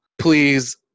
please